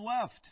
left